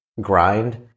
grind